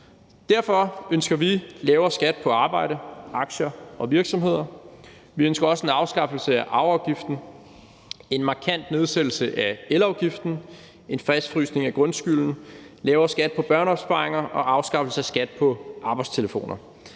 Derfor ønsker vi lavere skat på arbejde, aktier og virksomheder. Vi ønsker også en afskaffelse af arveafgiften, en markant nedsættelse af elafgiften, en fastfrysning af grundskylden, lavere skat på børneopsparinger og afskaffelse af skat på arbejdstelefoner.